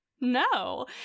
no